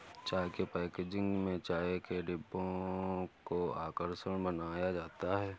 चाय की पैकेजिंग में चाय के डिब्बों को आकर्षक बनाया जाता है